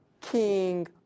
king